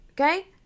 okay